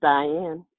Diane